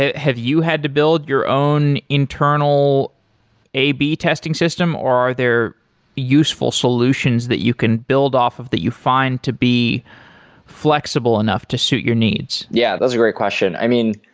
ah have you had to build your own internal a b testing system or are there useful solutions that you can build off of that you find to be flexible enough to suit your needs? yeah, that's a great question. i mean,